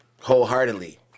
Wholeheartedly